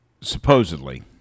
Supposedly